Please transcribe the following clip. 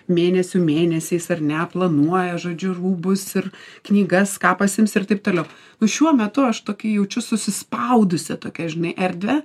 mėnesių mėnesiais ar ne planuoja žodžiu rūbus ir knygas ką pasiims ir taip toliau o šiuo metu aš tokį jaučiu susispaudusi tokia žinai erdvę